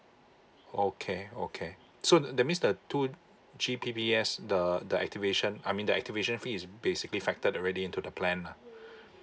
okay okay so that that means two G_P_P_S the the activation I mean the activation fee is basically factored already into the plan lah